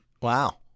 Wow